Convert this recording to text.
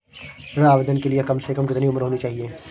ऋण आवेदन के लिए कम से कम कितनी उम्र होनी चाहिए?